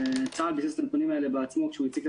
צה"ל ביסס את הנתונים האלה בעצמו כאשר הוא הציג את